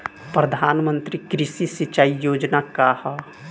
प्रधानमंत्री कृषि सिंचाई योजना का ह?